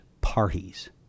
parties